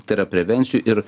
tai yra prevencijų ir